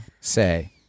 say